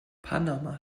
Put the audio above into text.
panama